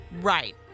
Right